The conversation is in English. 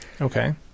Okay